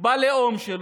בלאום שלו,